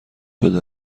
شده